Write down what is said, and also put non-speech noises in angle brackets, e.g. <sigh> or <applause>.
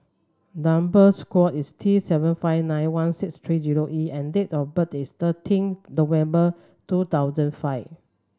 number <unintelligible> is T seven five nine one six three zero E and date of birth is thirteen November two thousand five